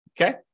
Okay